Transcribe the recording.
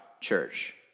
church